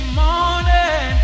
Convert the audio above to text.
morning